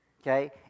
okay